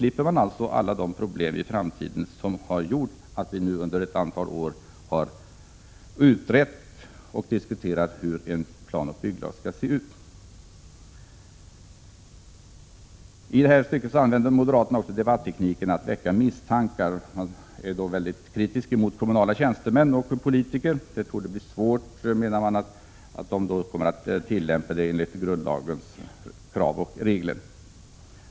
I detta stycke använder moderaterna debattekniken att väcka misstankar. Man är kritisk mot kommunala tjänstemän och kommunala politiker: ”Det torde bli svårt ———” att följa grundlagens regler.